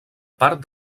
part